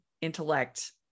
intellect